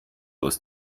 aus